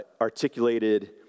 articulated